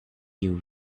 you